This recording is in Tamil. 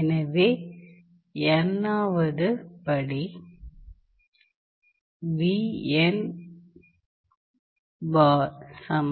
எனவே nவது படி மற்றும்